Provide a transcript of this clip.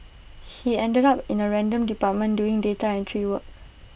he ended up in A random department doing data entry work